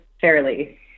fairly